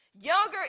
Younger